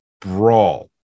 brawl